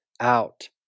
out